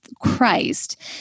Christ